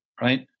right